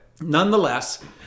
Nonetheless